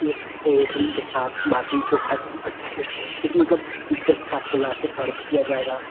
chips cold drink के साथ बाटी चोखा एकदम अच्छे से एक मिनट रुक इज्ज़त स आपको लाके सर्भ किया जाएगा